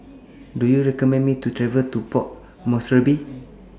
Do YOU recommend Me to travel to Port Moresby